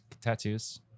tattoos